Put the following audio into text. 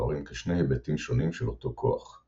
מתוארים כשני היבטים שונים של אותו כוח –